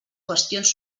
qüestions